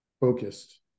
focused